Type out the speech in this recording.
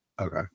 Okay